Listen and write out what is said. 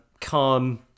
calm